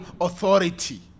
authority